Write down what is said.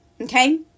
Okay